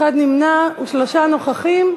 אחד נמנע ושלושה נוכחים.